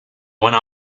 went